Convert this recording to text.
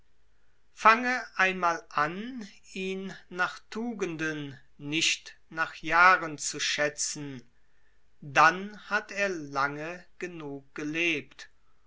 fange einmal an ihn nach tugenden nicht nach jahren zu schätzen dann hat er lange genug gelebt